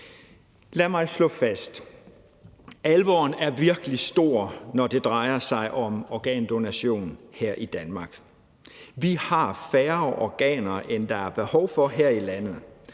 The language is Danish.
Lad mig slå fast, at alvoren virkelig er stor, når det drejer sig om organdonation her i Danmark. Vi har færre organer, end der er behov for her i landet.